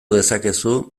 dezakezu